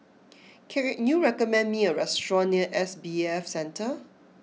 can it you recommend me a restaurant near S B F Centre